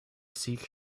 seek